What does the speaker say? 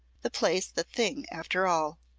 the play's the thing after all.